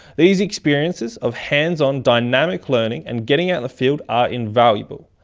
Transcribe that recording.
these experiences of hands-on, dynamic learning and getting out in the field are invaluable.